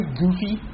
goofy